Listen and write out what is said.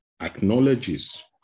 acknowledges